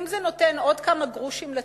אם זה נותן עוד כמה גרושים לציון,